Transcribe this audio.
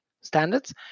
standards